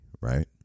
right